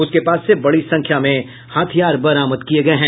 उसके पास से बड़ी संख्या में हथियार बरामद किये गये हैं